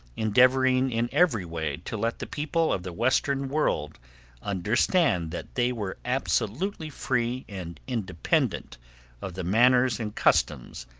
endeavoring in every way to let the people of the western world understand that they were absolutely free and independent of the manners and customs,